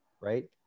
right